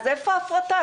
אז איפה ההפרטה?